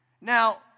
Now